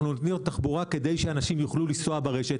אנחנו נותנים תחבורה כדי שאנשים יוכלו לנסוע ברשת,